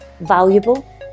valuable